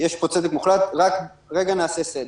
יש פה צדק מוחלט, אבל לרגע נעשה סדר.